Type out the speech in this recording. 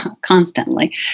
Constantly